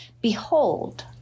Behold